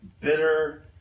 bitter